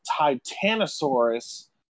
Titanosaurus